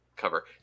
Cover